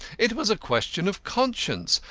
it was a question of conscience,